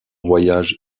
voyage